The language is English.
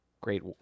great